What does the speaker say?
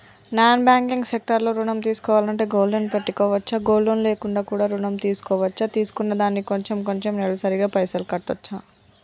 Non banking sector లో ఋణం తీసుకోవాలంటే గోల్డ్ లోన్ పెట్టుకోవచ్చా? గోల్డ్ లోన్ లేకుండా కూడా ఋణం తీసుకోవచ్చా? తీసుకున్న దానికి కొంచెం కొంచెం నెలసరి గా పైసలు కట్టొచ్చా?